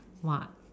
!wah!